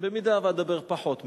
במידה שאדבר פחות משעה,